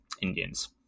Indians